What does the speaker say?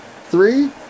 Three